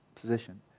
position